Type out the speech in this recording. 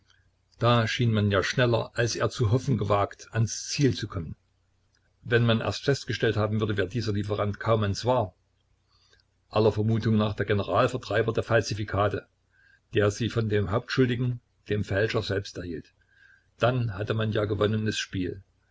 da schien man ja schneller als er zu hoffen gewagt ans ziel zu kommen wenn man erst festgestellt haben würde wer dieser lieferant kaumanns war aller vermutung nach der generalvertreiber der falsifikate der sie von dem hauptschuldigen dem fälscher selbst erhielt dann hatte man ja gewonnenes spiel